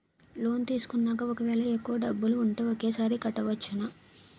Loan తీసుకున్నాక ఒకవేళ ఎక్కువ డబ్బులు ఉంటే ఒకేసారి కట్టవచ్చున?